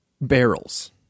barrels